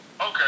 Okay